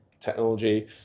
technology